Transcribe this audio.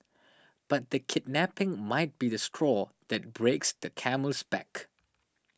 but the kidnapping might be the straw that breaks the camel's back